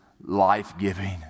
life-giving